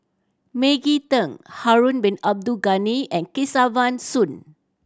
Maggie Teng Harun Bin Abdul Ghani and Kesavan Soon